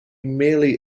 merely